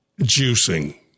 juicing